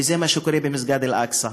וזה מה שקורה במסגד אל-אקצא.